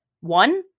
One